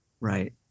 Right